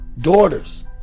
daughters